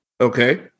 Okay